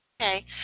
Okay